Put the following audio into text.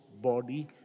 body